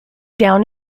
down